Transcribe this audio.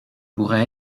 pourra